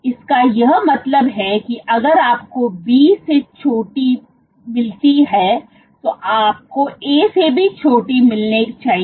इसका यह मतलब है कि अगर आपको B से चोटी peakमिलता है तो आपको A से भी चोटी peak मिलना चाहिए